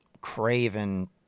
craven